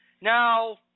Now